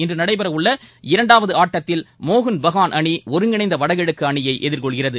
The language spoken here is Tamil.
இன்று நடைபெறவுள்ள இரண்டாவது ஆட்டத்தில் மோகன் பகான் அணி ஒருங்கிணைந்த வடகிழக்கு அணியை எதிர்கொள்கிறது